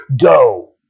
go